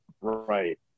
Right